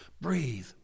Breathe